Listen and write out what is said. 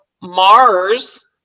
Mars